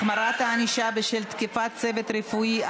החמרת הענישה בשל תקיפת צוות רפואי),